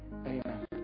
Amen